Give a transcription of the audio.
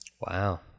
Wow